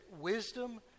wisdom